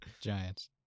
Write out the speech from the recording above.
Giants